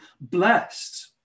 blessed